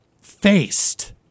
faced